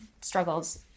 struggles